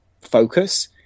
focus